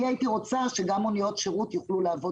אני הייתי רוצה שגם מוניות שירות יוכלו לעבוד